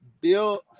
bill